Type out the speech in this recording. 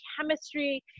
chemistry